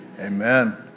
Amen